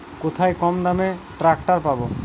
কোথায় কমদামে ট্রাকটার পাব?